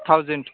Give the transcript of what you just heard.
thousand